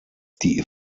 die